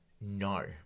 No